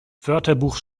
wörterbuch